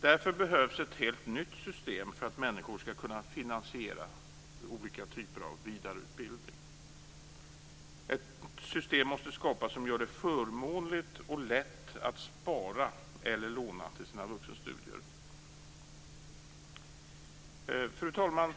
Därför behövs ett helt nytt system för att människor skall kunna finansiera olika typer av vidareutbildning. Ett system måste skapas som gör det förmånligt och lätt att spara eller låna till sina vuxenstudier. Fru talman!